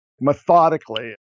methodically